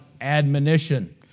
admonition